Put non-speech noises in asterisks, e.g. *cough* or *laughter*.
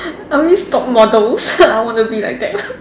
I only stalk models *laughs* I wanna be like them *laughs*